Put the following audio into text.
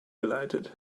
geleitet